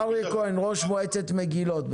אריה כהן ראש מועצת מגילות,